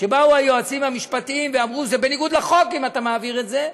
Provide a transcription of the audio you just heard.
כשבאו היועצים המשפטיים ואמרו: זה בניגוד לחוק אם אתה מעביר את זה,